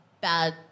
bad